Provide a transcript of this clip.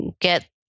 get